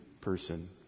person